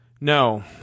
No